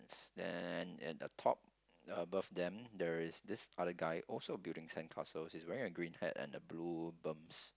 then at the top above them there is this other guy also building sand castles he is wearing a green hat and a blue berms